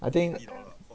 I think